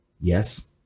yes